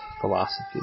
philosophy